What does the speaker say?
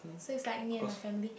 so its like me and my family